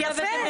יפה.